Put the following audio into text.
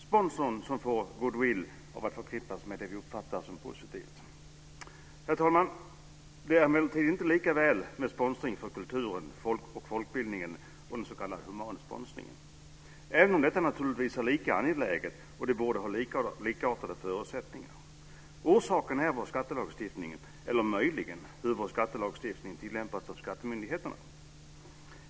Sponsorn får goodwill av att förknippas med det som vi uppfattar som positivt. Herr talman! Det är emellertid inte lika väl beställt med sponsring av kulturen, folkbildningen och den s.k. humansponsringen, även om detta naturligtvis är lika angeläget och borde ha likartade förutsättningar. Orsaken är vår skattelagstiftning, eller möjligen hur vår skattelagstiftning tillämpas av skattemyndigheterna.